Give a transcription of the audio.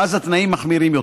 שאז התנאים מחמירים יותר.